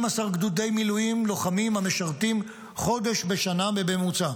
גדודי מילואים לוחמים המשרתים חודש בשנה בממוצע.